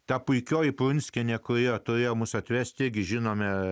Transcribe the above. ta puikioji prunskienė kurią toje mūsų atvesti žinome